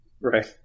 Right